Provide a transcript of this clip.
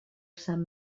sant